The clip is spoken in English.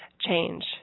change